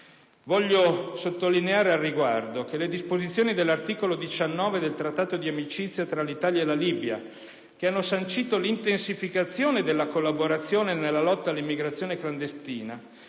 Voglio sottolineare al riguardo che le disposizioni dell'articolo 19 del Trattato di amicizia tra l'Italia e la Libia, che hanno sancito l'intensificazione della collaborazione nella lotta all'immigrazione clandestina,